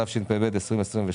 התשפ"ב-2022